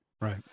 Right